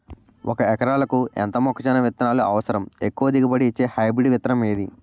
ఒక ఎకరాలకు ఎంత మొక్కజొన్న విత్తనాలు అవసరం? ఎక్కువ దిగుబడి ఇచ్చే హైబ్రిడ్ విత్తనం ఏది?